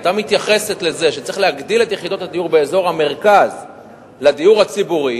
היתה מתייחסת לזה שצריך להגדיל את מספר יחידות הדיור לדיור הציבורי